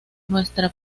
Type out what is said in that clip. nuestra